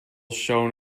shone